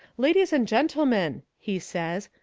ladies and gentlemen, he says,